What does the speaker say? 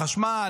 חשמל,